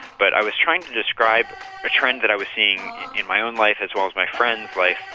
but i was trying to describe a trend that i was seeing in my own life as well as my friends' life,